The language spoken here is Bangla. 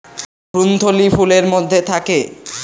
ভ্রূণথলি ফুলের মধ্যে থাকে